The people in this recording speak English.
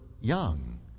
young